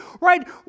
Right